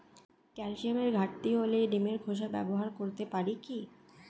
ক্যালসিয়ামের ঘাটতি হলে ডিমের খোসা ব্যবহার করতে পারি কি?